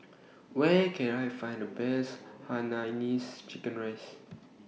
Where Can I Find The Best Hainanese Chicken Rice